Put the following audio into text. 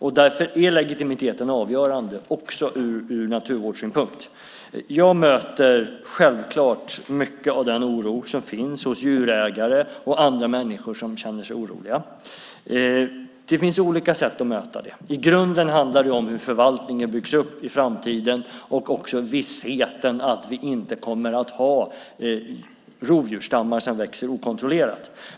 Därför är legitimiteten avgörande också ur naturvårdssynpunkt. Jag möter självfallet mycket av den oro som finns hos djurägare och andra. Det finns olika sätt att möta den. I grunden handlar det om hur förvaltningen byggs upp i framtiden och vissheten om att vi inte kommer att ha rovdjursstammar som växer okontrollerat.